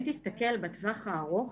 אם תסתכל בטווח הארוך